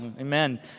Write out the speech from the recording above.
Amen